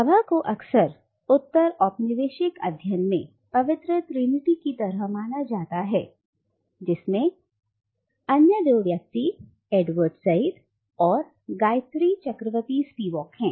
भाभा को अक्सर उत्तर औपनिवेशिक अध्ययन में पवित्र त्रिनिटी की तरह माना जाता है जिसमें अन्य दो व्यक्ति एडवर्ड सईद और गायत्री चक्रवर्ती स्पिवाक हैं